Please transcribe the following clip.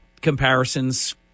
comparisons